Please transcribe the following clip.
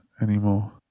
anymore